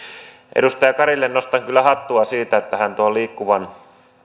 edustaja karille nostan kyllä hattua siitä että hän tuon liikkuvan